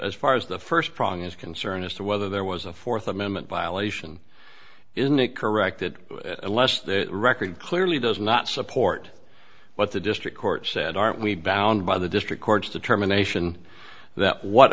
as far as the first prong is concerned as to whether there was a fourth amendment violation isn't it correct that unless the record clearly does not support what the district court said aren't we bound by the district court's determination that what